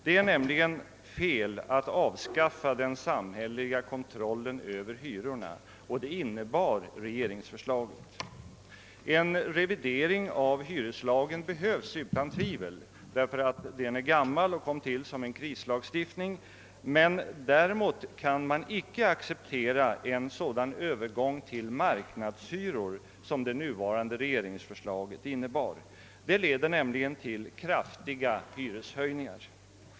Det är nämligen felaktigt att avskaffa den samhälleliga kontrollen av hyrorna och detta var innebörden i regeringsförslaget. En revidering av hyreslagen behövs utan tvivel ty lagen är gammal och tillkom under en kris, men man kan inte acceptera en övergång till marknadshyror som det nuvarande regeringsförslaget innebär, ty detta skulle leda till kraftiga hyreshöjningar.